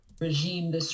Regime